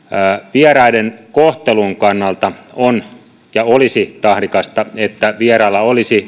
vieraiden kohtelun kannalta on ja olisi tahdikasta että vierailla olisi